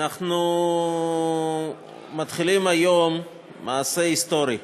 אנחנו מתחילים היום מעשה היסטורי.